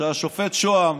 שהשופט שוהם,